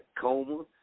Coma